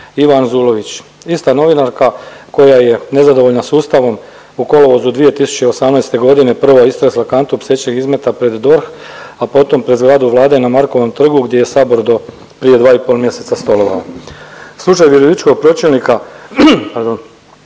Iva Anzulović, ista novinarka koja je nezadovoljna sa Ustavom 2018. godine prvo istresla kantu psećeg izmeta pred DORH, a potom pred zgradu Vlade na Markovom trgu gdje je Sabor do prije dva i pol mjeseca stolovao. Slučaj virovitičkog pročelnika neobično